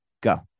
Go